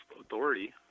authority